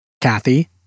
Kathy